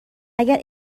اگه